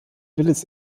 willis